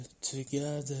together